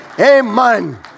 Amen